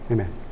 Amen